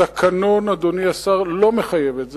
התקנון, אדוני השר, לא מחייב את זה,